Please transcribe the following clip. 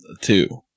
Two